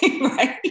right